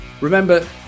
Remember